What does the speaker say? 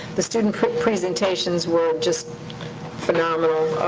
the student presentations were just phenomenal.